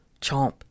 Chomp